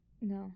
No